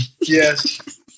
Yes